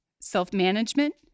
self-management